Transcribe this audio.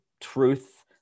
truth